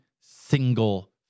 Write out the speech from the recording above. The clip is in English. single